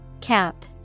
Cap